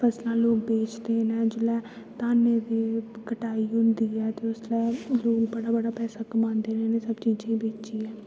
फसलां लोग बेचदे न जिल्लै धाने दी कटाई होंदी ऐ ते उसलै लोग बड़ा बड़ा पैसा कमांदे न इनें सब्भ चीजें गी बेचियै